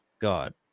God